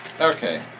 Okay